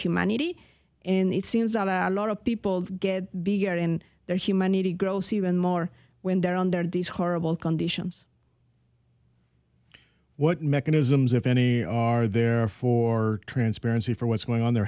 humanity and it seems that a lot of people get bigger and their humanity gross even more when they're under these horrible conditions what mechanisms if any are there for transparency for what's going on there